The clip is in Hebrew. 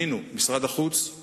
אדוני סגן שר החוץ,